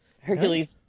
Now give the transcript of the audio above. Hercules